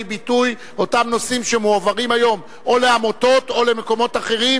ביטוי אותם נושאים שמועברים היום או לעמותות או למקומות אחרים,